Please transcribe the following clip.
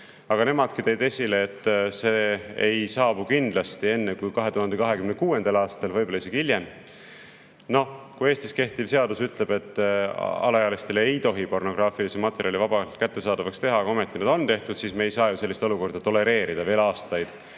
Aga nemadki tõid esile, et see ei saabu kindlasti enne 2026. aastat, võib-olla saabub isegi hiljem. Noh, kui Eestis kehtiv seadus ütleb, et alaealistele ei tohi pornograafilisi materjale vabalt kättesaadavaks teha, aga ometi need on tehtud, siis me ei saa ju sellist olukorda veel aastaid